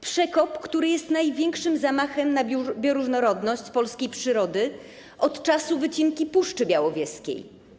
Przekop, który jest największym zamachem na bioróżnorodność polskiej przyrody od czasu wycinki Puszczy Białowieskiej.